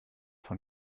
von